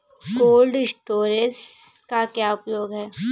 Cold storage का क्या उपयोग है?